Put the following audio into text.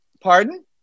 Pardon